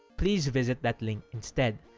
please visit that link instead.